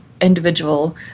individual